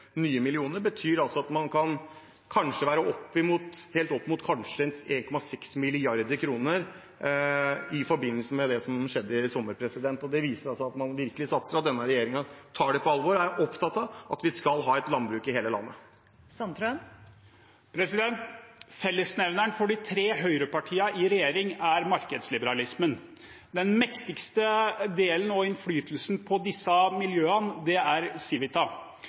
at man kanskje kan komme opp i 1,6 mrd. kr i forbindelse med det som skjedde i sommer. Det viser at man virkelig satser, og at denne regjeringen tar det på alvor. Jeg er opptatt av at vi skal ha et landbruk i hele landet. Fellesnevneren for de tre høyrepartiene i regjeringen er markedsliberalismen. Den mektigste delen – og innflytelsen på disse miljøene – er